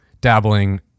dabbling